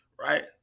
right